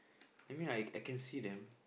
I mean I I can see them